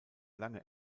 lange